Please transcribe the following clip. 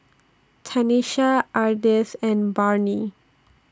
Tanesha Ardith and Barnie